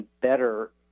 better